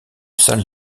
salle